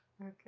Okay